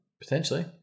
Potentially